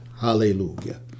Hallelujah